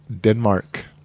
Denmark